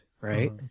Right